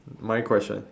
my question